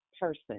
person